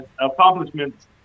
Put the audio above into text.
accomplishments